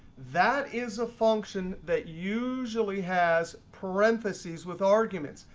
that is a function that usually has parentheses with arguments.